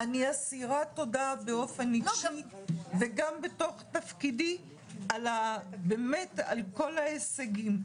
אני אסירת תודה באופן אישי וגם מתוקף תפקידי על כל ההישגים.